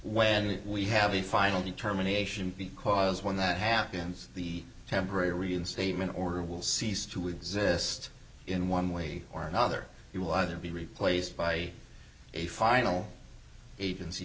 when we have a final determination because when that happens the temporary reinstatement order will cease to exist in one way or another he will either be replaced by a final agency